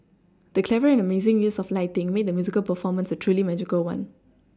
the clever and amazing use of lighting made the musical performance a truly magical one